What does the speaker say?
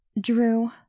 Drew